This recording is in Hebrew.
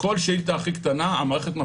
כל שאילתה הכי קטנה,